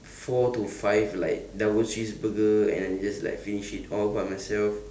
four to five like double cheeseburger and then just like finish it all by myself